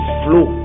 flow